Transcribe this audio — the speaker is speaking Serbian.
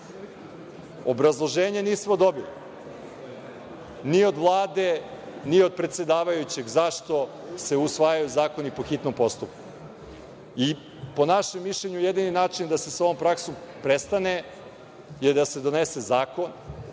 Obrazloženje nismo dobili ni od Vlade, ni od predsedavajućeg, zašto se usvajaju zakoni po hitnom postupku. Po našem mišljenju, jedini način da se sa ovom praksom prestane je da se donese zakon,